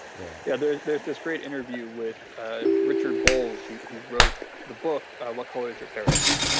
yeah yeah there's there's this great interview with ah richard bolles who who wrote the book, what color is your parachute?